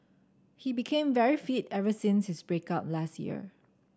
he became very fit ever since his break up last year